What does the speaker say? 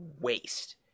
waste